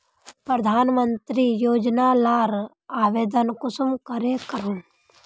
प्रधानमंत्री योजना लार आवेदन कुंसम करे करूम?